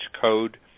code